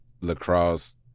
lacrosse